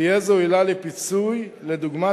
תהיה זו עילה לפיצוי לדוגמה,